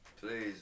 please